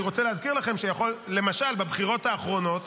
אני רוצה להזכיר לכם שלמשל בבחירות האחרונות,